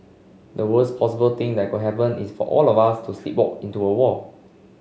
the worst possible thing that could happen is for us all to sleepwalk into a war